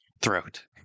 throat